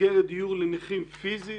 מסגרת דיור לנכים פיזית,